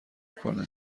کنه